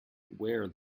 where